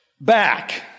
back